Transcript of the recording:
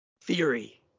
theory